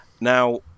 now